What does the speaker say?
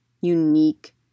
unique